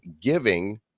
giving